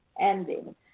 ending